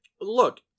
Look